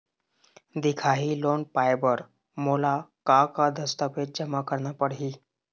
दिखाही लोन पाए बर मोला का का दस्तावेज जमा करना पड़ही?